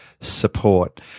support